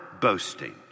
boasting